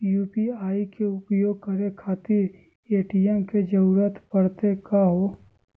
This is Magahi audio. यू.पी.आई के उपयोग करे खातीर ए.टी.एम के जरुरत परेही का हो?